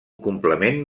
complement